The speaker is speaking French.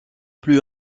plus